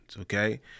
Okay